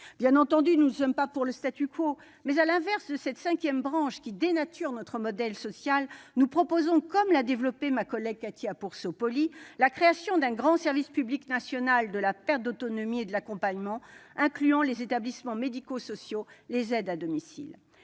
Bien entendu, nous ne sommes pas pour le. À l'inverse de cette cinquième branche qui dénature notre modèle social, nous proposons, comme l'a expliqué ma collègue Cathy Apourceau-Poly, la création d'un grand service public national de la perte d'autonomie et de l'accompagnement, incluant les établissements médico-sociaux et les aides à domicile.